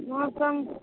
मौसम